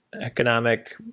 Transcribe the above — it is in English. economic